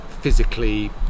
physically